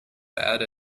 bad